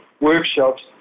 workshops